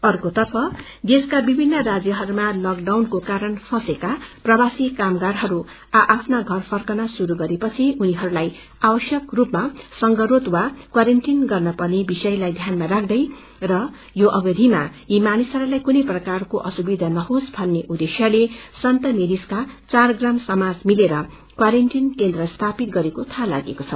अर्कोतर्फ देशका विभिन्न राज्यहरूमा लगडाउनको कारण फसेका प्रवासी कामगारहरू आ आपना घर फकन शुरू गरेपछि उनीहरूलाई आवश्यक रूपमा संघरोध वा क्वारेन्टाईन गर्नपर्ने विषयलाई ध्यान राख्दै र यो अवधिमा यीमानिसहरूलाई कुनै प्रकारको असुविधा नहोस भन्ने उद्देश्यले सन्तमेरिजका चार ग्राम समाज मिलेर क्वारेन्टाईन केन्द्र स्थापित गरेको थाहा लागेको छ